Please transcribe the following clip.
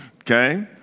Okay